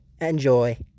enjoy